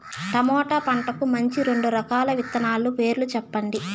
tomato పంటకు మంచి రెండు రకాల విత్తనాల పేర్లు సెప్పండి